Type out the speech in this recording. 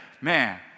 Man